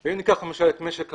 אם ניקח, למשל, את משק המים,